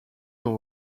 dans